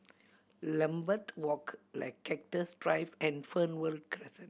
Lambeth Walk Cactus Drive and Fernvale Crescent